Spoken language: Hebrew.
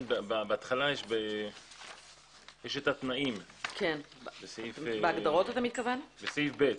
בהתחלה יש התנאים, בסעיף (ב),